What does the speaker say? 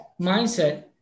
mindset